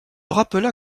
rappela